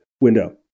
window